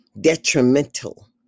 detrimental